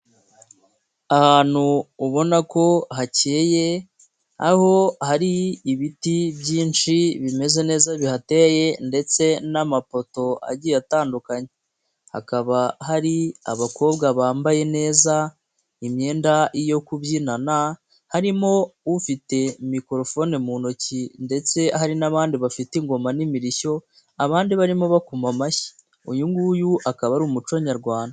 Ahantu ubona ko hakeyeye, aho hari ibiti byinshi bimeze neza bihateye ndetse n'amapoto agiye atandukanye. Hakaba hari abakobwa bambaye neza imyenda yo kubyinana, harimo ufite microhone mu ntoki, ndetse hari n'abandi bafite ingoma n'imirishyo, abandi barimo bakoma amashyi. Uyu nguyu akaba ari umuconyarwanda.